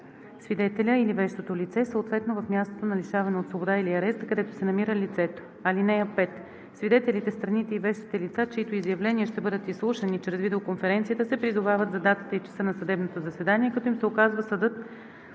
свидетеля или вещото лице, съответно в мястото за лишаване от свобода или ареста, където се намира лицето. (5) Свидетелите, страните и вещите лица, чиито изявления ще бъдат изслушани чрез видеоконференцията, се призовават за датата и часа на съдебното заседание, като им се указва съдът,